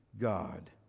God